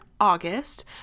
August